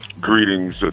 Greetings